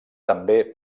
també